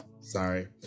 sorry